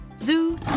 Zoo